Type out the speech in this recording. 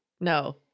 No